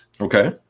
Okay